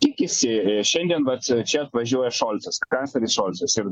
tikisi šiandien vat čia atvažiuoja šolcas kancleris šolcas ir